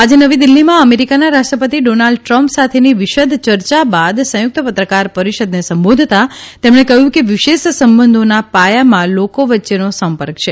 આજે નવી દીલ્હીમાં અમેરિકાના રાષ્ટ્રપતિ ડોનલ્ડ ટ્રંપ સાથેની વિશદ ચર્ચા બાદ સંયુક્ત પત્રકાર પરિષદને સંબોધતાં તેમણે કહ્યું કે વિશેષ સંબંધોના પાયામાં લોકો વચ્યોને સંપર્ક છે